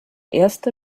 erste